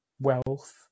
wealth